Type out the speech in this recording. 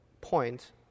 point